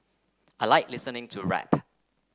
I like listening to rap